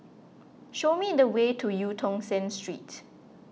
show me the way to Eu Tong Sen Street